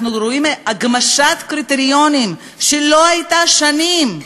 אנחנו רואים הגמשת קריטריונים שלא הייתה שנים.